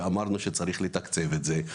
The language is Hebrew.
ואמרנו שצריך לתקצב את זה.